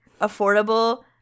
affordable